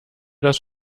das